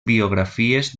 biografies